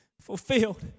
fulfilled